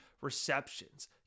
receptions